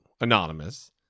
Anonymous